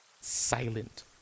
silent